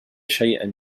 شيئا